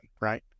right